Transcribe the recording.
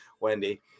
Wendy